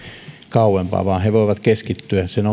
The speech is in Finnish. kauempaa vaan he voivat keskittyä sen